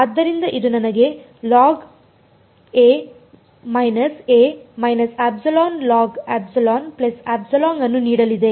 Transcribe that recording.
ಆದ್ದರಿಂದ ಇದು ನನಗೆ ಅನ್ನು ನೀಡಲಿದೆ